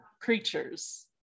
creatures